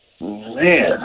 Man